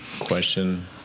question